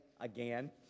again